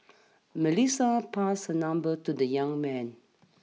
Melissa passed her number to the young man